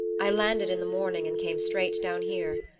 i landed in the morning and came straight down here.